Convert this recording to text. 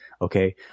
Okay